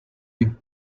you